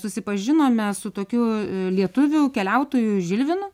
susipažinome su tokiu lietuvių keliautoju žilvinu